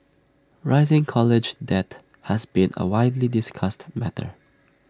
rising college debt has been A widely discussed matter